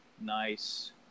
Nice